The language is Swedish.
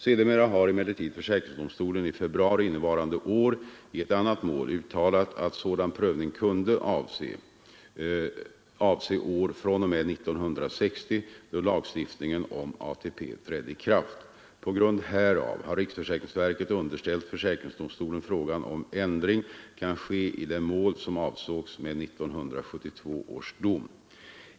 Sedermera har emellertid försäkringsdomstolen i februari innevarande år i ett annat mål uttalat att sådan prövning kunde avse år fr.o.m. 1960 då lagstiftningen om ATP trädde i kraft. På grund härav har riksförsäkringsverket underställt försäkringsdomstolen frågan om ändring kan ske i det mål som avsågs med 1972 års dom.